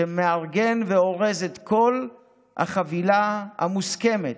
שמארגן ואורז את כל החבילה המוסכמת,